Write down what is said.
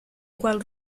cual